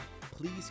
please